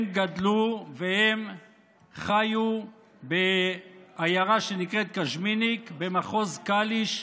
הם גדלו והם חיו בעיירה שנקראת קוז'מניק במחוז קאליש,